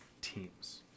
teams